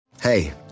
Hey